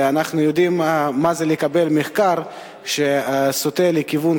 ואנחנו יודעים מה זה לקבל מחקר שסוטה לכיוון